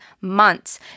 months